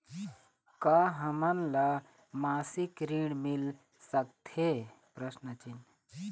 का हमन ला मासिक ऋण मिल सकथे?